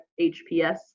HPS